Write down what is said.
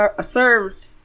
served